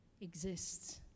exists